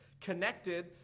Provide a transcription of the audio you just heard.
connected